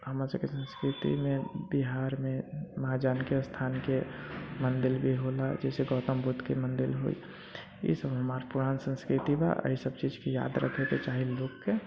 हमरा सभके संस्कृतिमे बिहारमे माँ जानकी स्थान के मन्दिर भी होलऽ जैसे गौतम बुद्धके मन्दिर होइ ई सभ हमार पुरान संस्कृति बा अइ सभ चीजके याद रखैके चाही लोकके